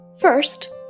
First